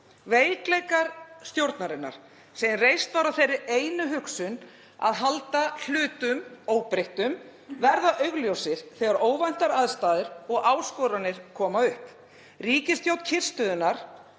Veikleikar stjórnarinnar, sem reist var á þeirri einu hugsun að halda hlutum óbreyttum, verða augljósir þegar óvæntar aðstæður og áskoranir koma upp. Ríkisstjórn kyrrstöðunnar,